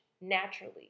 naturally